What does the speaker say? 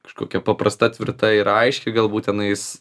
kažkokia paprasta tvirta ir aiškiai galbūt tenais